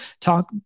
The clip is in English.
talk